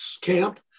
camp